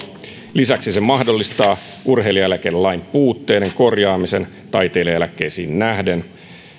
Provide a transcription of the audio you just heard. lisäksi se mahdollistaa urheilijaeläkelain puutteiden korjaamisen taiteilijaeläkkeisiin nähden